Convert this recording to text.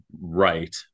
right